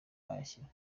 ayashyira